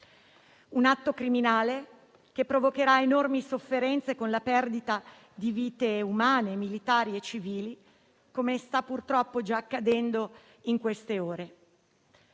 Un atto criminale che provocherà enormi sofferenze con la perdita di vite umane, militari e civili, come sta purtroppo già accadendo in queste ore.